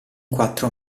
quattro